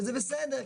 וזה בסדר,